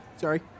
sorry